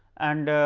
and